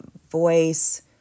voice